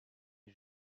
est